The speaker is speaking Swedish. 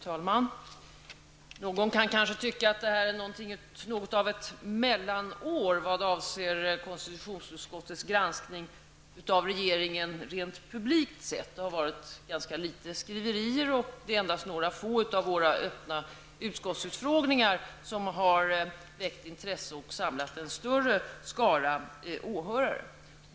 Fru talman! Någon kan kanske tycka att detta år, rent publikt sett, är något av ett mellanår vad avser konstitutionsutskottets granskning av regeringen. Det har varit ganska litet skriverier, och det är endast några få av våra öppna utskottsförfrågningar som har väckt intresse och därigenom samlat en större skara åhörare.